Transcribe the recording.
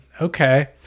okay